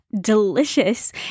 delicious